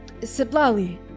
Siblali